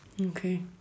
okay